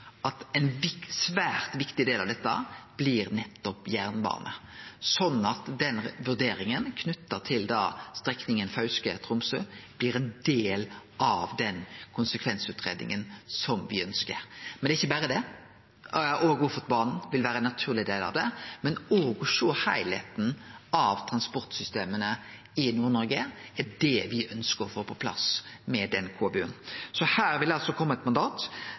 at ein svært viktig del av det blir nettopp jernbane. Så den vurderinga, knytt til strekninga Fauske–Tromsø, blir ein del av den konsekvensutgreiinga me ønskjer. Men ikkje berre det – òg Ofotbanen vil vere ein naturleg del av det – òg å sjå heilskapen i transportsystema i Nord-Noreg er det me ønskjer å få på plass med denne KVU-en. Her vil det altså kome eit mandat.